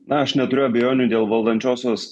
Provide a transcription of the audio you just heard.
na aš neturiu abejonių dėl valdančiosios